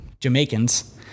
Jamaicans